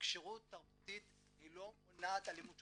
כשירות תרבותית לא מונעת אלימות שוטרים.